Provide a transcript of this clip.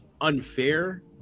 unfair